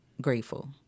grateful